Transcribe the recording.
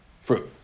fruit